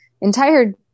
entire